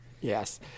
Yes